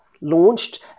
launched